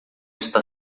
está